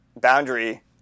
boundary